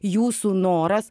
jūsų noras